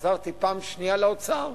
כשחזרתי פעם שנייה לאוצר,